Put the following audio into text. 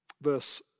Verse